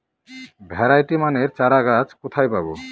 Variety মানের চারাগাছ কোথায় পাবো?